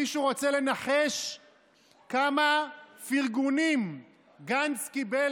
מישהו רוצה לנחש כמה פרגונים גנץ קיבל